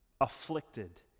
afflicted